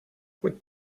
what